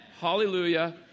Hallelujah